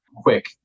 quick